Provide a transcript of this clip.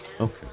Okay